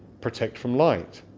protect from light.